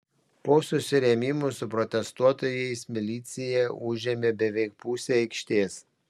po susirėmimų su protestuotojais milicija užėmė beveik pusę aikštės